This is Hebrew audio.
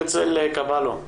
הרצל קבלו,